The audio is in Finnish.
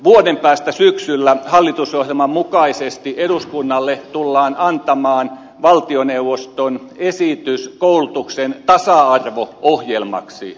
vuoden päästä syksyllä hallitusohjelman mukaisesti eduskunnalle tullaan antamaan valtioneuvoston esitys koulutuksen tasa arvo ohjelmaksi